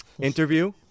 interview